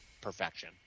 perfection